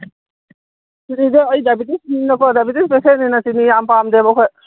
ꯆꯤꯅꯤꯗꯣ ꯑꯩ ꯗꯥꯏꯕꯦꯇꯤꯁꯅꯤꯅꯀꯣ ꯗꯥꯏꯕꯦꯇꯤꯁ ꯄꯦꯁꯦꯟꯅꯤꯅ ꯆꯤꯅꯤ ꯌꯥꯝ ꯄꯥꯝꯗꯦꯕ ꯑꯩꯈꯣꯏ